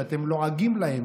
שאתם לועגים להם.